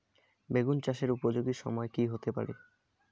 বেগুন চাষের উপযোগী সময় কি হতে পারে?